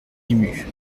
ému